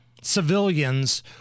civilians